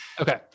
Okay